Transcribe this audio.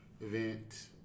event